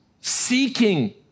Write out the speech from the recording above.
seeking